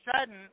sudden